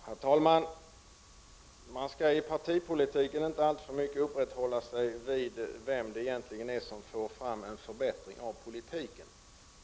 Herr talman! Man bör i partipolitiken inte alltför mycket uppehålla sig vid vem det är som fått fram en förbättring av politiken.